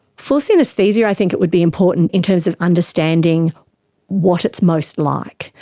for synaesthesia i think it would be important in terms of understanding what it's most like.